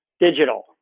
digital